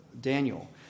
Daniel